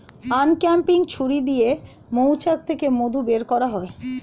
uncapping ছুরি দিয়ে মৌচাক থেকে মধু বের করা হয়